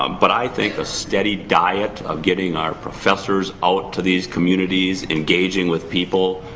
ah but i think a steady diet of getting our professors out to these communities, engaging with people,